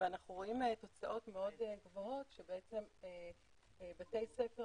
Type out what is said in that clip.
ואנחנו רואים תוצאות גבוהות שבתי ספר